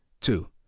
two